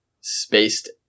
Spaced